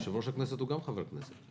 יושב-ראש הכנסת הוא גם חבר כנסת.